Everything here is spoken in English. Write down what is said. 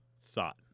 thought